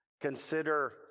consider